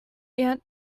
yet